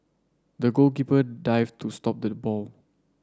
the goalkeeper dived to stopped the ball